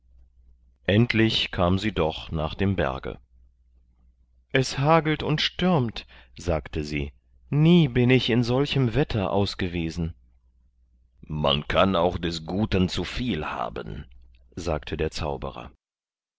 endlich kam sie doch nach dem berge es hagelt und stürmt sagte sie nie bin ich in solchem wetter aus gewesen man kann auch des guten zu viel haben sagte der zauberer